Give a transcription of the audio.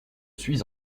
suis